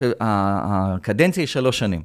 הקדנציה היא שלוש שנים.